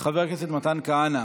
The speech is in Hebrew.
חברת הכנסת תמר זנדברג,